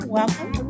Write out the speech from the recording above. welcome